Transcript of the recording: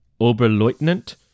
Oberleutnant